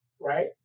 right